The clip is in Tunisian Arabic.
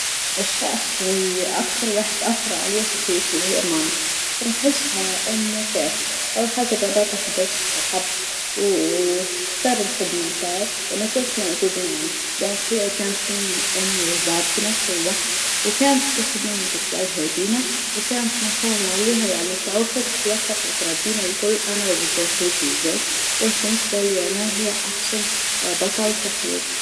أنا تربيت في تونس في جفسة اتربينا في برشا ديارا خضرا وكنا كارين منيش شاريين دار نضل كل مرة نضحا بنبدلوا الدار مشينا في برشا ديار أما كانت المنطقة تحسها أن العباد كلها يعرفوا بعضها وكنا نجموا صحاب مع الجيران ونعملوا صحبة معاهم في الدونك عجبتني نحس أنه طفولتي كانت مزيانة ماهياش اه غريبة ولا حكاية.